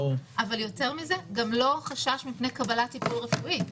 אבל יותר מזה, גם לא חשש מפני קבלת טיפול רפואי.